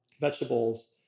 vegetables